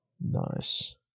nice